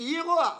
כשהיא רואה